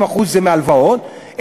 70% מהלוואות,